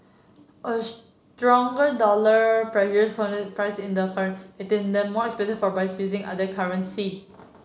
a stronger dollar pressures priced in the making them more expensive for buyers using other currencies